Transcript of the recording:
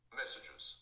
messages